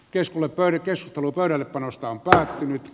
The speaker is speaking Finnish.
keslan värikäs paluu kahdelle panosta on päättynyt